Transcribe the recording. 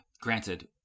granted